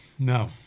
No